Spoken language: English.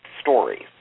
stories